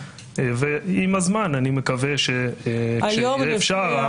ועם הזמן אני מקווה שכשיהיה אפשר,